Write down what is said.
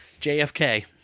JFK